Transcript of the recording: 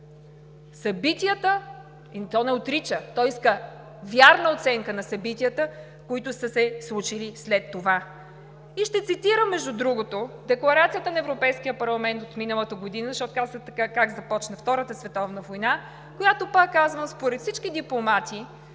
събитията – и то не отрича, иска вярна оценка на събитията, които са се случили след това. И ще цитирам, между другото, декларацията на Европейския парламент от миналата година, защото казахте така: как започна Втората световна война, която, пак казвам, според всички дипломати